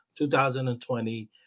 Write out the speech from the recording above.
2020